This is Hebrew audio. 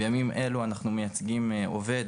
בימים אלה אנחנו מייצגים עובד,